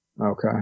Okay